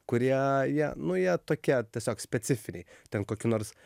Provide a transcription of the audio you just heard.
kurie jie nu jie tokie tiesiog specifiniai ten kokių nors